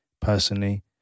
personally